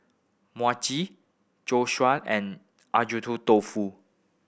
Mochi Zosui and Agedashi Dofu